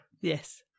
Yes